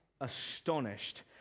astonished